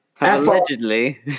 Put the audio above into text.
allegedly